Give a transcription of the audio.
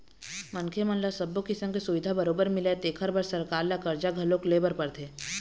मनखे मन ल सब्बो किसम के सुबिधा बरोबर मिलय तेखर बर सरकार ल करजा घलोक लेय बर परथे